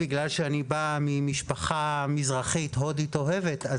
בגלל שאני בא ממשפחה מזרחית הודית אוהבת,